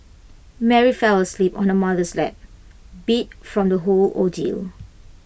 Mary fell asleep on her mother's lap beat from the whole ordeal